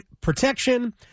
protection